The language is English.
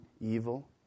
evil